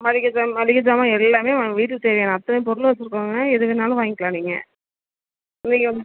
மளிகை ஜா மளிகை சாமான் எல்லாமே உங்கள் வீட்டுக்கு தேவையான அத்தனை பொருளும் வெச்சிருக்கோங்க எதுவேணுனாலும் வாங்கிக்கிலாம் நீங்கள் உங்களுக்கு